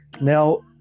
Now